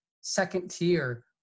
second-tier